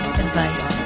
advice